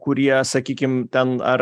kurie sakykim ten ar